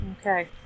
okay